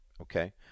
Okay